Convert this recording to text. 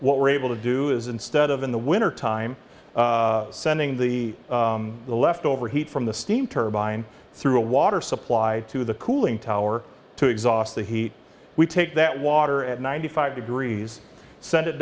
what we're able to do is instead of in the wintertime sending the leftover heat from the steam turbine through a water supply to the cooling tower to exhaust the heat we take that water at ninety five degrees send it